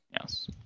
Yes